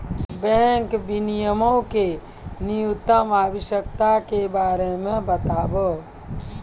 bank विनियमो के न्यूनतम आवश्यकता के बारे मे बताबो